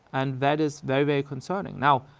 and that is very, very concerning. now,